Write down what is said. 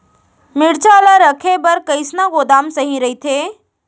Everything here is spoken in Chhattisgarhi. मिरचा ला रखे बर कईसना गोदाम सही रइथे?